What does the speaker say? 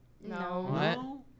No